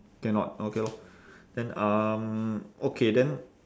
cannot okay lor then um okay then